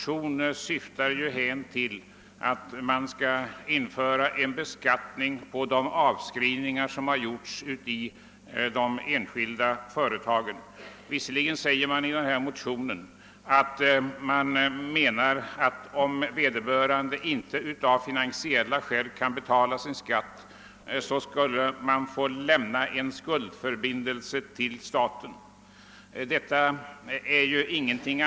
I nämnda motion föreslås införandet av en beskattning på de avskrivningar som gjorts i de enskilda företagen, och motionärerna menar att om företagaren av finansiella skäl inte kan betala den skatten, så skall han få lämna en skuldförbindelse till staten på samma belopp.